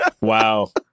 Wow